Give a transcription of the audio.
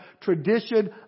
tradition